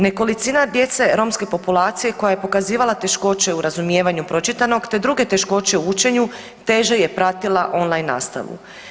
Nekolicina djece romske populacije koja je pokazivala teškoće u razumijevanju pročitanog, te druge teškoće u učenju teže je pratila on-line nastavu.